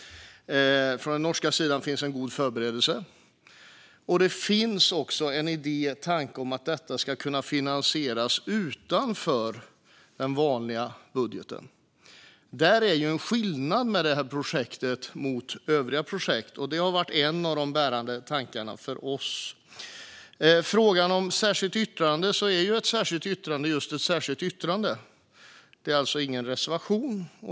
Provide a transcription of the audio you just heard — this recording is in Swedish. Det har vi gjort eftersom det från den norska sidan finns en god förberedelse. Det finns också en idé, tanke, om att detta ska kunna finansieras utanför den vanliga budgeten. Där är det en skillnad med detta projekt jämfört med övriga projekt. Detta har varit en av de bärande tankarna för oss. När det gäller frågan om särskilt yttrande så är ett särskilt yttrande just ett särskilt yttrande. Det är alltså ingen reservation.